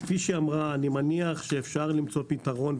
כפי שאמרה חגית אני מניח שאפשר למצוא פתרון,